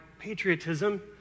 patriotism